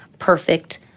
Perfect